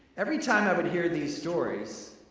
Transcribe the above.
every time i would hear these stories,